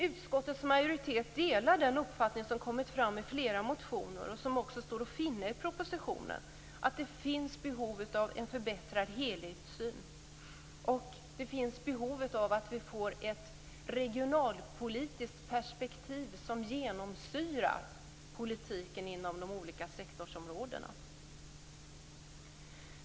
Utskottets majoritet delar den uppfattning som kommit fram i flera motioner och som också står att finna i propositionen, nämligen att det finns behov av en förbättrad helhetssyn och behov av att vi får ett regionalpolitiskt perspektiv som genomsyrar politiken inom de olika sektorsområdena.